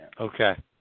okay